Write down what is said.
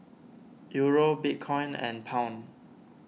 Euro Bitcoin and Pound